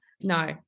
No